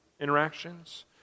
interactions